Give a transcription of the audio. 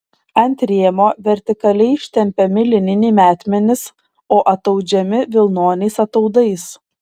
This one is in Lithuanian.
ant rėmo vertikaliai ištempiami lininiai metmenys o ataudžiami vilnoniais ataudais